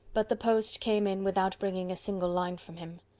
but the post came in without bringing a single line from him.